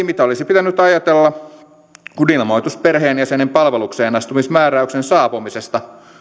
mitä olisi pitänyt ajatella kun ilmoitus perheenjäsenen palvelukseenastumismääräyksen saapumisesta